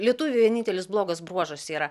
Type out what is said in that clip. lietuvių vienintelis blogas bruožas yra